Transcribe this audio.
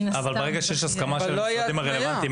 מן הסתם --- אבל ברגע שיש הסכמה של הצדדים הרלוונטיים,